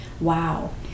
Wow